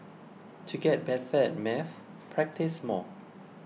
to get better at maths practise more